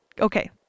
Okay